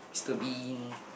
Mister-Bean